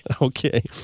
Okay